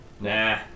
Nah